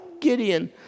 Gideon